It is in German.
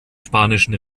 spanischen